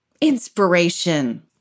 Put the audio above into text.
inspiration